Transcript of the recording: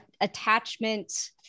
attachment